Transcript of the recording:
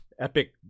epic